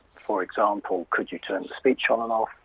for example, could you turn the speech on and off,